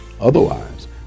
Otherwise